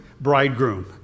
bridegroom